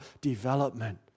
development